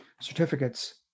certificates